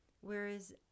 whereas